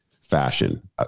fashion